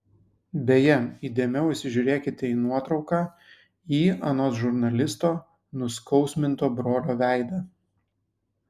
beje įdėmiau įsižiūrėkite į nuotrauką į anot žurnalisto nuskausminto brolio veidą